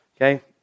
Okay